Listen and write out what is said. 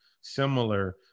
similar